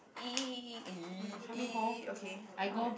!ee! !ee! !ee! okay [what]